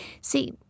See